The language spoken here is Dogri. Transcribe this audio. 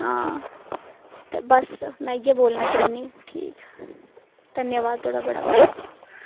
हां ते बस में इ'यै बोलना चांह्न्नी ठीक धन्नबाद तुआढ़ा बड़ा बड़ा